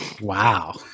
Wow